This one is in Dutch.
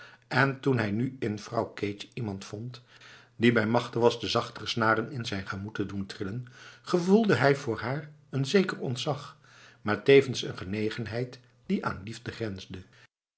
en toen hij nu in vrouw keetje iemand vond die bij machte was de zachtere snaren in zijn gemoed te doen trillen gevoelde hij voor haar een zeker ontzag maar tevens een genegenheid die aan liefde grensde